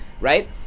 right